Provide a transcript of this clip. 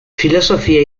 filosofia